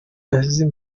yazimye